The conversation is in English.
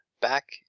back